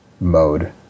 mode